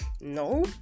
no